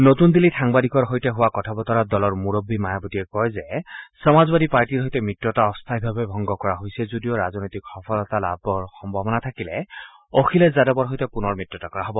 নতূন দিল্লীত সাংবাদিকৰ সৈতে হোৱা কথা বতৰাত দলৰ মূৰববী মায়াৱতীয়ে কয় যে সমাজবাদী পাৰ্টীৰ সৈতে মিত্ৰতা অস্থায়ীভাৱে ভংগ কৰা হৈছে যদিও ৰাজনৈতিক সফলতা লাভৰ সম্ভাৱনা থাকিলে অখিলেশ যাদৱৰ সৈতে পুনৰ মিত্ৰতা কৰা হব